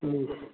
ꯎꯝ